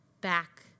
back